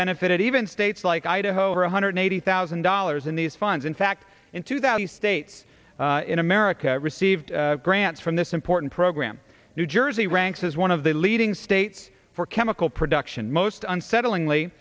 benefited even states like idaho one hundred eighty thousand dollars in these funds in fact in two thousand states in america received grants from this important program new jersey ranks as one of the leading states for chemical production most unsettling lee